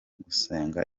gusenga